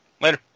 Later